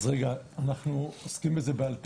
אנחנו עוסקים בזה בעל פה,